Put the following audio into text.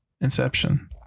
Inception